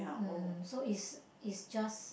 um so is is just